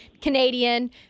Canadian